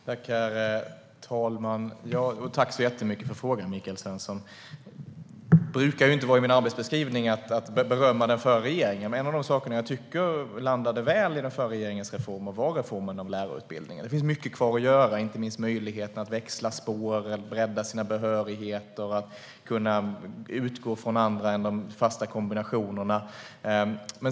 Herr talman! Tack så jättemycket för frågan, Michael Svensson! Det brukar ju inte ingå i min arbetsbeskrivning att berömma den förra regeringen, men en av de saker som landade väl under den förra regeringen var reformen av lärarutbildningen. Det finns mycket kvar att göra, inte minst när det gäller möjligheten att växla spår, att bredda sin behörighet och att kunna utgå från andra än de fasta kombinationerna.